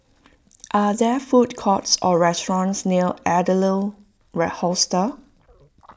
are there food courts or restaurants near Adler red Hostel